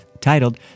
titled